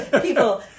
People